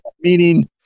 meaning